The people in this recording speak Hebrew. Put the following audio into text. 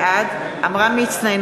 בעד עמרם מצנע,